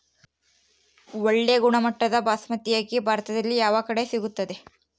ಒಳ್ಳೆ ಗುಣಮಟ್ಟದ ಬಾಸ್ಮತಿ ಅಕ್ಕಿ ಭಾರತದಲ್ಲಿ ಯಾವ ಕಡೆ ಸಿಗುತ್ತದೆ?